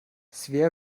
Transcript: svea